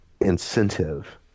incentive